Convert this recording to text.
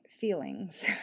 feelings